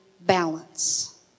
balance